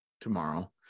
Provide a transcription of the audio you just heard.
tomorrow